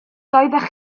doeddech